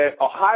Ohio